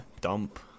dump